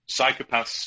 Psychopaths